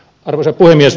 arvoisa puhemies